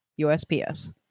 USPS